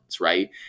right